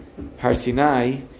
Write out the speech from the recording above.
Harsinai